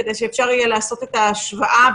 כדי שאפשר יהיה לעשות את ההשוואה.